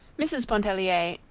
mrs. pontellier,